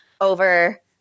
over